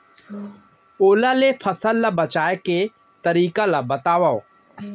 ओला ले फसल ला बचाए के तरीका ला बतावव?